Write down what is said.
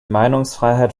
meinungsfreiheit